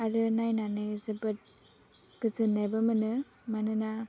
आरो नायनानै जोबोद गोजोन्नायबो मोनो मानोना